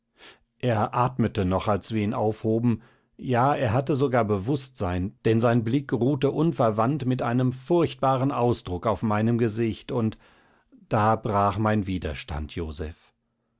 er atmete noch als wir ihn aufhoben ja er hatte sogar bewußtsein denn sein blick ruhte unverwandt mit einem furchtbaren ausdruck auf meinem gesicht und da brach mein widerstand joseph